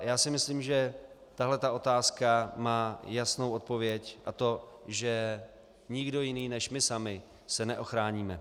Já si myslím, že tahle otázka má jasnou odpověď, a to že nikdo jiný než my sami se neochráníme.